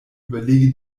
überlege